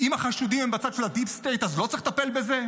אם החשודים הם בצד של הדיפ סטייט אז לא צריך לטפל בזה?